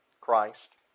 Christ